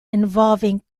involving